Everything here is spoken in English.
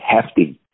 Hefty